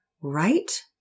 right